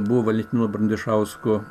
buvo valentino brandišausko